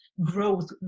growth